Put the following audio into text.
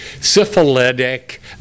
syphilitic